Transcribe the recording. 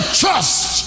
trust